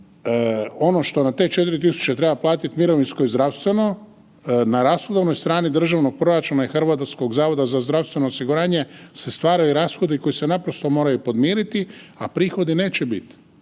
ono što na te 4.000 treba platiti mirovinsko i zdravstveno na rashodovnoj strani državnog proračuna i HZZO-a se stvaraju rashodi koji se naprosto moraju podmiriti, a prihoda neće biti,